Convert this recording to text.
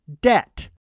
debt